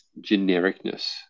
genericness